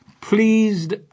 pleased